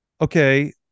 okay